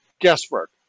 guesswork